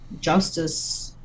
justice